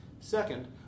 Second